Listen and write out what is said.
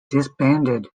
disbanded